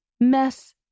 mess